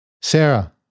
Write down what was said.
Sarah